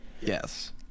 yes